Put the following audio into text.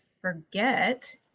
forget